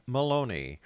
Maloney